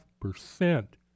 percent